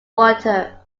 water